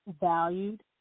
valued